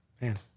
Man